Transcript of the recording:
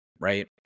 right